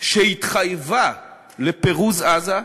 שהתחייבה לפירוז עזה,